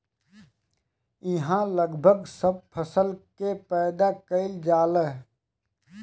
इहा लगभग सब फसल के पैदा कईल जाला